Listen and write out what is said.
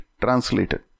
translated